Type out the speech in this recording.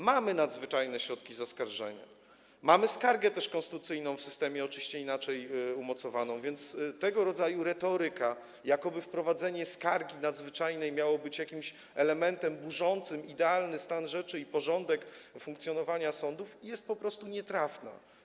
Mamy nadzwyczajne środki zaskarżenia, mamy też w systemie skargę konstytucyjną, oczywiście inaczej umocowaną, więc tego rodzaju retoryka, jakoby wprowadzenie skargi nadzwyczajnej miało być jakimś elementem burzącym idealny stan rzeczy i porządek funkcjonowania sądów, jest po prostu nietrafna.